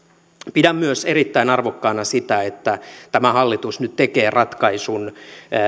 pidän myös erittäin arvokkaana sitä että tämä hallitus nyt tekee ratkaisun